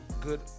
good